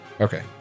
Okay